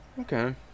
okay